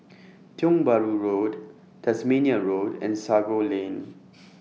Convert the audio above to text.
Tiong Bahru Road Tasmania Road and Sago Lane